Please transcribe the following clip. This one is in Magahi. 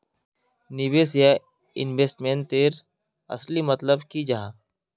निवेश या इन्वेस्टमेंट तेर असली मतलब की जाहा?